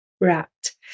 wrapped